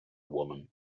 woman